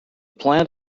plant